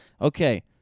Okay